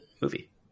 movie